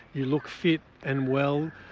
you look fit and well,